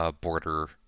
border